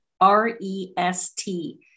R-E-S-T